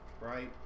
right